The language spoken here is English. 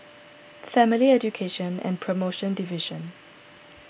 Family Education and Promotion Division